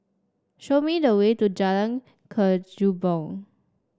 show me the way to Jalan Kechubong